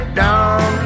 down